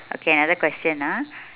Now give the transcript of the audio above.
okay another question ah